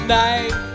night